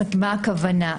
למה הכוונה,